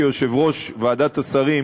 כיושב-ראש ועדת השרים,